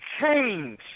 change